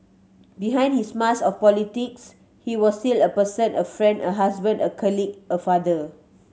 behind his mask of politics he was still a person a friend a husband a colleague a father